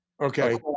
Okay